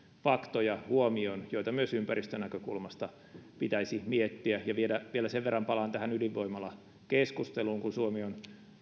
faktoja huomioon joita myös ympäristönäkökulmasta pitäisi miettiä vielä sen verran palaan tähän ydinvoimalakeskusteluun että kun suomi on